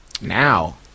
now